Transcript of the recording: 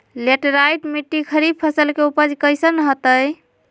Laterite मिट्टी खरीफ फसल के उपज कईसन हतय?